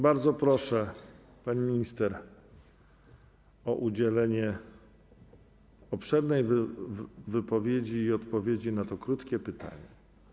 Bardzo proszę, pani minister, o udzielenie obszernej wypowiedzi i odpowiedzi na to krótkie pytanie.